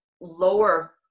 lower